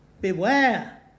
beware